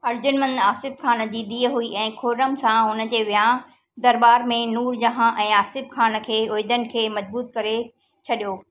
अर्जुनमंद आसिफ़ ख़ान जी धीअ हुई ऐं ख़ुरम सां हुन जे विहांउ दरबार में नूर जहां ऐं आसिफ़ ख़ान जे उहिदनि खे मजबूत करे छॾियो